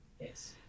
yes